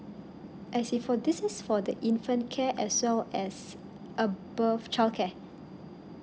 I see for this is for the infant care as well as above childcare